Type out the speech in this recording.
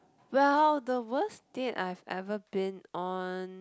well the worst date I have ever been on